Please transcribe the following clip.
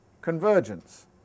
convergence